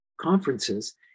conferences